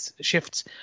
shifts